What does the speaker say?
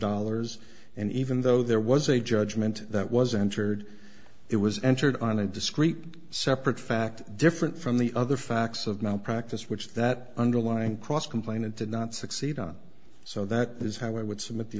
dollars and even though there was a judgment that was entered it was entered on a discrete separate fact different from the other facts of malpractise which that underlying cross complainant did not succeed on so that is how i would s